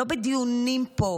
לא בדיונים פה,